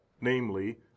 namely